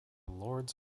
lords